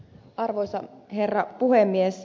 arvoisa herra puhemies